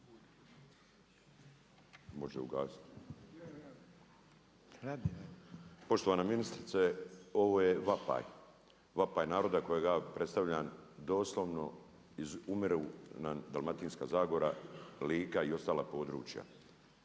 Miro (MOST)** Poštovana ministrice, ovo je vapaj, vapaj naroda kojega ja predstavljam doslovno iz umire nam Dalmatinska zagora, Lika i ostala područja.